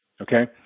Okay